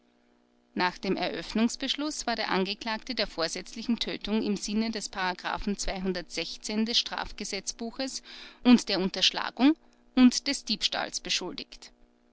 nach dem eröffnungsbeschluß war der angeklagte der vorsätzlichen tötung im sinne des des straf gesetzbuches und der unterschlagung und des diebstahls beschuldigt